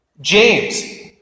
James